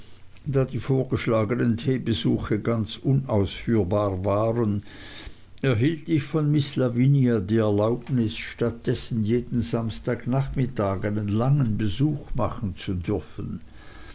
da die vorgeschlagnen teebesuche ganz unausführbar waren erhielt ich von miß lavinia die erlaubnis statt dessen jeden samstagnachmittag einen langen besuch machen zu dürfen